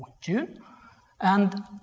june and